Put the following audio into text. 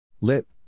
Lip